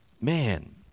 man